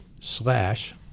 slash